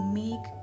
make